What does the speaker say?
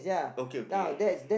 okay okay okay